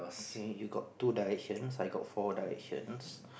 K you got two directions I got four directions